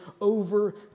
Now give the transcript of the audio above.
over